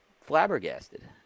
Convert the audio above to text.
flabbergasted